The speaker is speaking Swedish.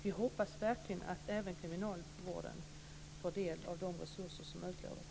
Vi hoppas verkligen att även kriminalvården får del av de resurser som är utlovade.